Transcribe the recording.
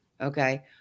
Okay